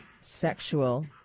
sexual